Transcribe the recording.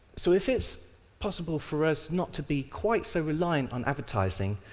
so, if it's possible for us not to be quite so reliant on advertising,